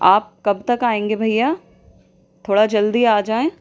آپ کب تک آئیں گے بھیا تھوڑا جلدی آ جائیں